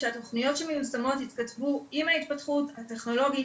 שהתכניות שנכתבו יתכתבו עם ההתפתחות הטכנולוגית,